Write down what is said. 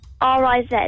R-I-Z